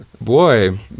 boy